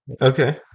Okay